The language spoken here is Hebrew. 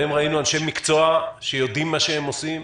ראינו אנשי מקצוע שיודעים מה שהם עושים,